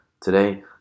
today